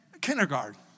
kindergarten